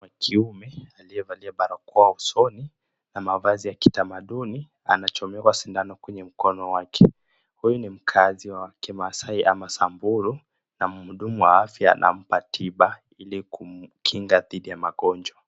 Wakiume aliyevalia barakoa usoni na mavazi ya kitamaduni anachomekwa sindano kwenye mkono wake, huyu ni mkaazi wa kimaasai ama Samburu na mhudumu wa afya anampa tiba ili kumkinga dhidi ya magonjwa.